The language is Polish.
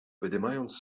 wydymając